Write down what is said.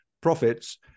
profits